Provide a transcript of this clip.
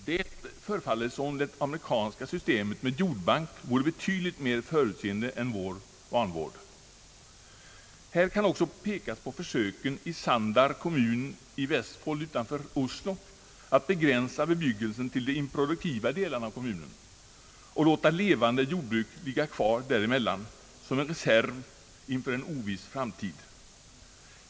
Det förefaller som om det amerikanska systemet med jordbank vore betydligt mer förutseende än vår vanvård. Här kan även pekas på försöken i Sandar kommun i Vestfold utanför Oslo att begränsa bebyggelsen till de improduktiva delarna av kommunens mark och låta levande jordbruk ligga kvar däremellan som en reserv inför en oviss framtid.